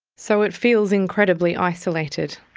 so it feels incredibly isolated.